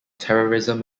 terrorism